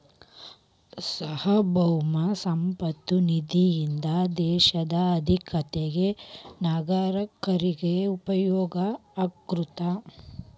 ಸಾರ್ವಭೌಮ ಸಂಪತ್ತ ನಿಧಿಯಿಂದ ದೇಶದ ಆರ್ಥಿಕತೆಗ ನಾಗರೇಕರಿಗ ಉಪಯೋಗ ಆಗತೈತಿ